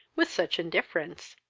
with such indifference.